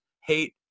hate